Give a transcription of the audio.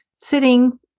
sitting